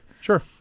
Sure